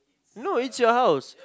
no it's your house